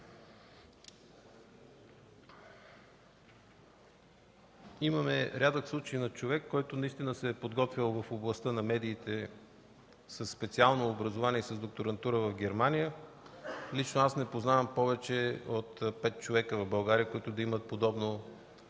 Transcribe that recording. Имаме рядък случай на човек, който наистина се е подготвял в областта на медиите със специално образование – с докторантура в Германия. Лично аз не познавам повече от пет човека в България, които да имат подобно